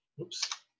Oops